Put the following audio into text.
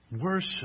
Worship